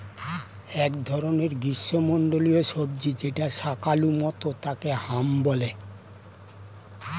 এক ধরনের গ্রীষ্মমন্ডলীয় সবজি যেটা শাকালু মতো তাকে হাম বলে